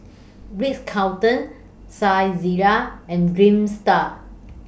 Ritz Carlton Saizeriya and Dreamster